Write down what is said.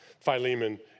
Philemon